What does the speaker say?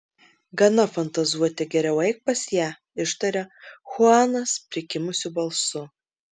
gana fantazuoti geriau eik pas ją ištaria chuanas prikimusiu balsu